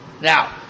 Now